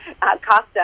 Costa